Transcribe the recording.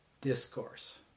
Discourse